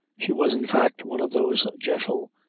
she was, in fact, one of those gentle,